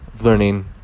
learning